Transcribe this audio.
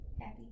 happy